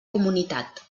comunitat